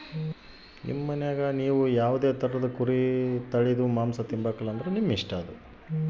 ನಮ್ ಮನ್ಯಾಗ ನಾವ್ ಯಾವ್ದೇ ತರುದ್ ಕುರಿ ತಳೀದು ಮಾಂಸ ತಿಂಬಕಲ